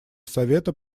совета